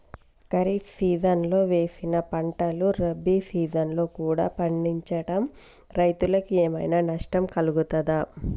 ఖరీఫ్ సీజన్లో వేసిన పంటలు రబీ సీజన్లో కూడా పండించడం రైతులకు ఏమైనా నష్టం కలుగుతదా?